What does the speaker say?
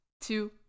two